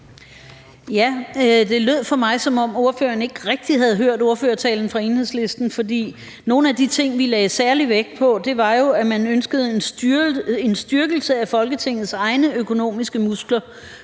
Det lød for mig, som om ordføreren ikke rigtig havde hørt ordførertalen fra Enhedslisten, for nogle af de ting, vi lagde særlig vægt på, var jo, at vi ønskede en styrkelse af Folketingets egne økonomiske muskler